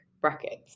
brackets